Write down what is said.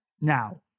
Now